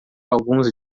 alguns